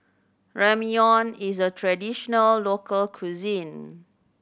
ramyeon is a traditional local cuisine